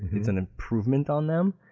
it's an improvement on them.